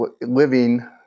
living